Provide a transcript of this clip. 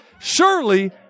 Surely